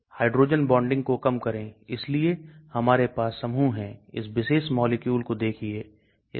उदाहरण के लिए एक हाइड्रोजन बांड डोनर और एक्सेप्टर क्या है